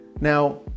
Now